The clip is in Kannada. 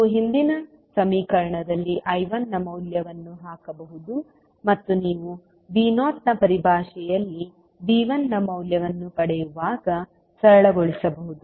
ನೀವು ಹಿಂದಿನ ಸಮೀಕರಣದಲ್ಲಿ I1 ನ ಮೌಲ್ಯವನ್ನು ಹಾಕಬಹುದು ಮತ್ತು ನೀವು V0 ನ ಪರಿಭಾಷೆಯಲ್ಲಿ V1 ನ ಮೌಲ್ಯವನ್ನು ಪಡೆಯುವಾಗ ಸರಳಗೊಳಿಸಬಹುದು